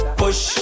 push